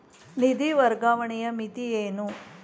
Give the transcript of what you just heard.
ನಿಧಿ ವರ್ಗಾವಣೆಯ ಮಿತಿ ಏನು?